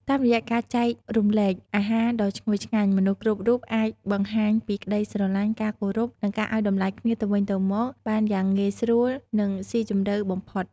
តាមរយៈការចែករំលែកអាហារដ៏ឈ្ងុយឆ្ងាញ់ មនុស្សគ្រប់រូបអាចបង្ហាញពីក្តីស្រឡាញ់ ការគោរព និងការឲ្យតម្លៃគ្នាទៅវិញទៅមកបានយ៉ាងងាយស្រួលនិងស៊ីជម្រៅបំផុត។